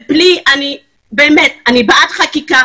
אני בעד חקיקה,